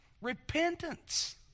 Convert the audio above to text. Repentance